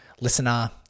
listener